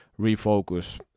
refocus